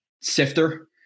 sifter